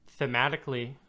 thematically